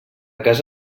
casa